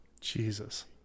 Jesus